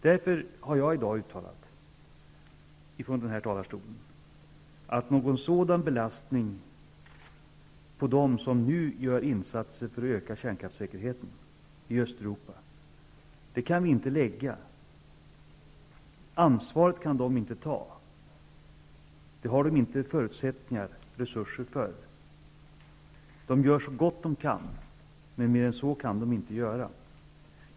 Därför har jag i dag uttalat från denna talarstol att vi inte kan lägga någon sådan belastning på dem som nu gör insatser för att öka kärnkraftssäkerheten i Östeuropa. Det ansvaret kan de inte ta. Det har de inte förutsättningar/resurser för. De har gjort så gott de kunnat, men mer än så kan de inte göra.